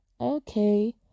okay